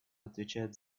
отвечает